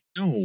no